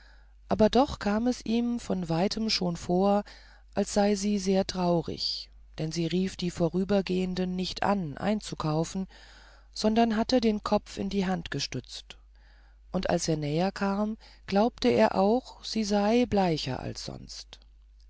aber doch kam es ihm von weitem schon vor als sei sie sehr traurig denn sie rief die vorübergehenden nicht an einzukaufen sondern hatte den kopf in die hand gestützt und als er näher kam glaubte er auch sie sei bleicher als sonst